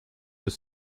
deux